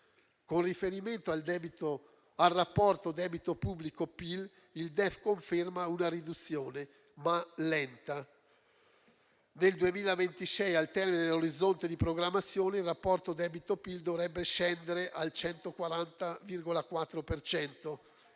Con riferimento al rapporto debito pubblico/PIL, il DEF conferma una riduzione, seppur lenta: nel 2026, al termine dell'orizzonte di programmazione, il rapporto debito/PIL dovrebbe scendere al 140,4